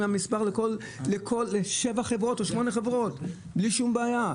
המספר לשבע או שמונה חברות בלי שום בעיה.